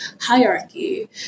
hierarchy